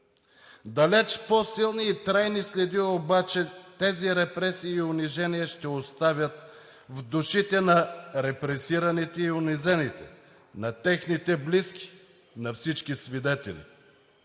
Далеч по-силни и трайни следи обаче тези репресии и унижения ще оставят в душите на репресираните и унизените, на техните близки, на всички свидетели.